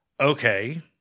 Okay